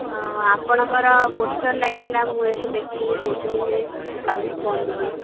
ହଁ ଆପଣଙ୍କର ପୋଷ୍ଟର ଲାଗିଥିଲା ମୁଁ ଏଇଠି ଦେଖିଲି ସେଇଥି କଲି ଫୋନ୍ ଟିକେ